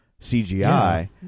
CGI